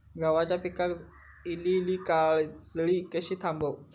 गव्हाच्या पिकार इलीली काजळी कशी थांबव?